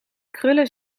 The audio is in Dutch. krullen